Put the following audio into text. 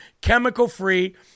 chemical-free